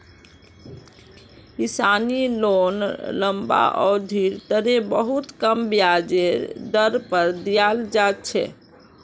किसानी लोन लम्बा अवधिर तने बहुत कम ब्याजेर दर पर दीयाल जा छे